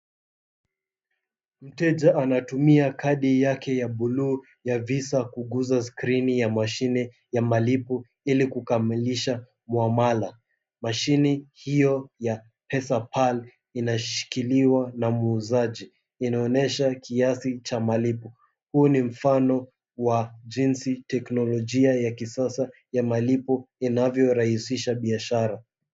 Mteja anatumia kadi yake ya buluu ya visa kugusa skrini ya mashine ya malipo ili kukamilisha muamala. Mashine hiyo ya PesaPal inashikiliwa na muuzaji, inaonyesha kiasi cha malipo. Huu ni mfano wa jinsi teknolojia ya kisasa ya malipo inavyorahisisha biashara.